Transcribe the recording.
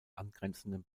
angrenzenden